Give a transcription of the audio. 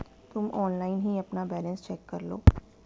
तुम ऑनलाइन ही अपना बैलन्स चेक करलो